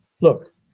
look